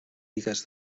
bigues